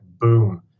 boom